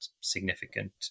significant